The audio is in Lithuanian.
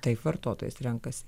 taip vartotojas renkasi